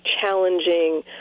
challenging